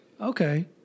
Okay